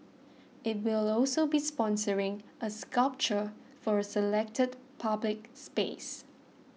it will also be sponsoring a sculpture for a selected public space